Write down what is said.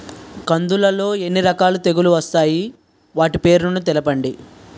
కందులు లో ఎన్ని రకాల తెగులు వస్తాయి? వాటి పేర్లను తెలపండి?